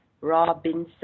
robinson